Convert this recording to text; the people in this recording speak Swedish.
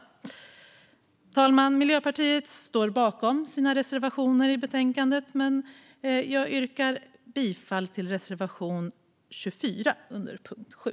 Fru talman! Miljöpartiet står bakom sina reservationer i betänkandet. Jag yrkar bifall till reservation 24 under punkt 7.